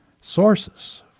Sources